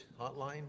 hotline